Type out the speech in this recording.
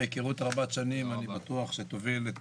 מהיכרות רבת שני, אני בטוח שתוביל את